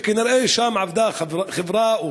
וכנראה עבדה שם חברה,